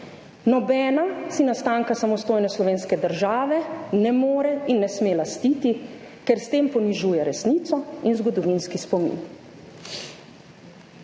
Nobena si nastanka samostojne slovenske države ne more in ne sme lastiti, ker s tem ponižuje resnico in zgodovinski spomin.